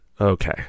okay